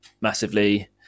massively